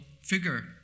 figure